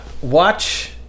Watch